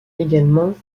également